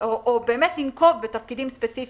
או באמת לנקוב בתפקידים ספציפיים.